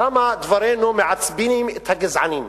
למה דברינו מעצבנים את הגזענים?